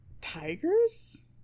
tigers